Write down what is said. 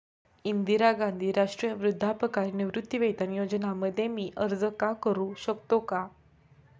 इंदिरा गांधी राष्ट्रीय वृद्धापकाळ निवृत्तीवेतन योजना मध्ये मी अर्ज का करू शकतो का?